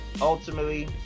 ultimately